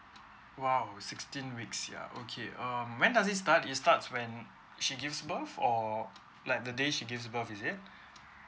!wow! sixteen weeks sia okay um when does it start it start when she gives birth or like the day she gives birth is it